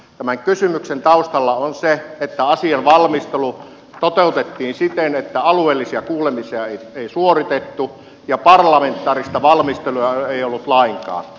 tämän kysymyksen taustalla on se että asian valmistelu toteutettiin siten että alueellisia kuulemisia ei suoritettu ja parlamentaarista valmistelua ei ollut lainkaan